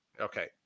okay